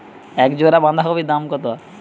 এক জোড়া বাঁধাকপির দাম কত?